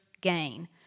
gain